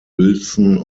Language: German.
uelzen